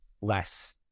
less